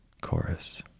Chorus